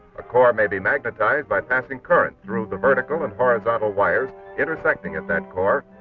a core may be magnetized by passing current through the vertical and horizontal wires intersecting at that core.